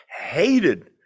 Hated